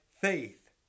faith